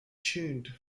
tuned